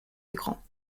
écran